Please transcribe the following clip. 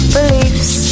Beliefs